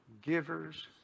givers